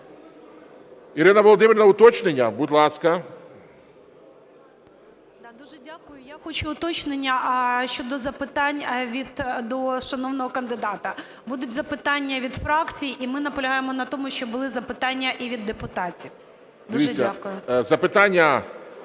Ірина Володимирівна, уточнення? Будь ласка. 12:20:11 ГЕРАЩЕНКО І.В. Я дуже дякую. Я хочу уточнення щодо запитань до шановного кандидата. Будуть запитання від фракцій, і ми наполягаємо на тому, що були запитання і від депутатів. Дуже дякую.